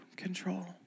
control